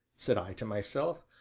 said i to myself,